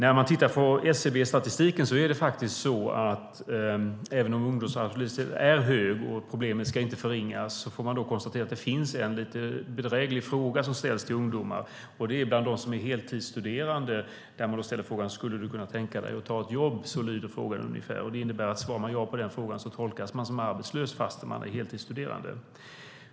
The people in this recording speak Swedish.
Även om ungdomsarbetslösheten enligt SCB:s statistik är hög och problemet inte ska förringas, får man konstatera att det finns en lite bedräglig fråga som ställs till ungdomar som är heltidsstuderande. Frågan som man ställer lyder ungefär: Skulle du kunna tänka dig att ta ett jobb? Om man svarar ja på den frågan anses man vara arbetslös trots att man är heltidsstuderande.